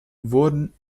wurden